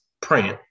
praying